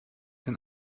den